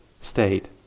state